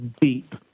deep